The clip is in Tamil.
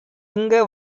எங்க